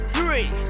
Three